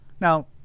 Now